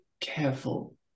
Careful